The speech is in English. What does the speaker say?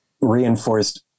reinforced